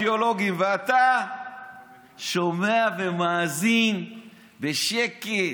ואתה שומע ומאזין בשקט.